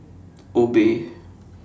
Obey